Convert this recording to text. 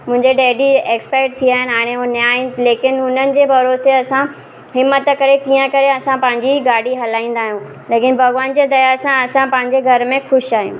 मुंहिंजे daddy expire थी विया आहिनि हाणे हू न आहिनि लेकिन हुननि जे भरोसे असां हिमत करे कीअं करे असां पंहिंजी गाॾी हलाईंदा आहियूं लेकिन भॻवान जे दया सां असां पंहिंजे घर में ख़ुशि आहियूं